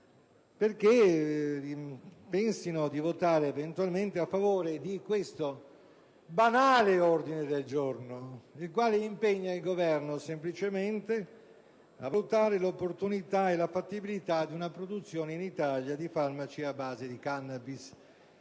riflettano se votare a favore di questo banale ordine del giorno, il quale impegna il Governo semplicemente a valutare l'opportunità e la fattibilità di una produzione in Italia di farmaci a base di *cannabis*.